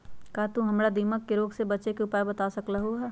का तू हमरा दीमक के रोग से बचे के उपाय बता सकलु ह?